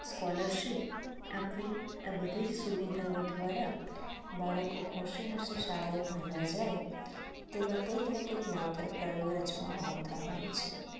scholarship આપવી આ બધી જ સુવિધાઓ દ્વારા બાળકો હોંશે હોંશે શાળાએ ભણવા જાય તેવા કંઈક ને કંઈક નવતર પ્રયોગ રચવામાં આવતા હોય છે